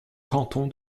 canton